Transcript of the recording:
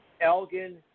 Elgin